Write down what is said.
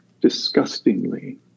disgustingly